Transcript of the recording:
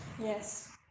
yes